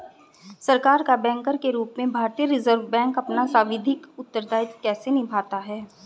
सरकार का बैंकर के रूप में भारतीय रिज़र्व बैंक अपना सांविधिक उत्तरदायित्व कैसे निभाता है?